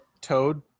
toad